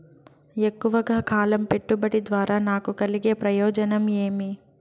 ఎక్కువగా కాలం పెట్టుబడి ద్వారా నాకు కలిగే ప్రయోజనం ఏమి?